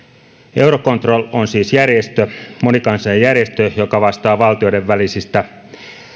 eurocontrol on siis järjestö monikansallinen järjestö joka vastaa valtioiden välisistä